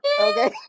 Okay